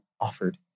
offered